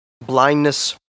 blindness